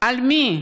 על מי?